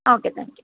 okay thank you